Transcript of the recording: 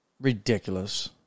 Ridiculous